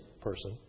person